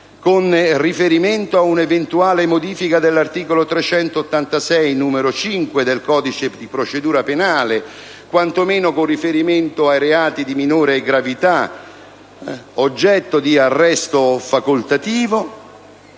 con riferimento ad un'eventuale modifica dell'articolo 386, comma 5, del codice di procedura penale, quanto meno con riferimento ai reati di minore gravità oggetto di arresto facoltativo,